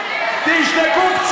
זה משרת את הנשיא, משרת את כולם.